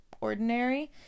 Ordinary